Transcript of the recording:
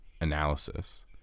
Analysis